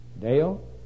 Dale